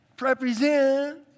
represent